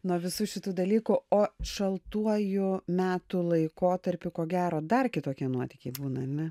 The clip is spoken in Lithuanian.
nuo visų šitų dalykų o šaltuoju metų laikotarpiu ko gero dar kitokie nuotykiai būna ane